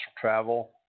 travel